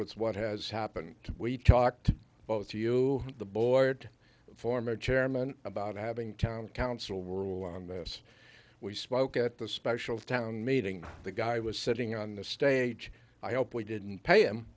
with what has happened we talked both to you the board former chairman about having town council rule on this we spoke at the special town meeting the guy was sitting on the stage i hope we didn't pay him